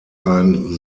ein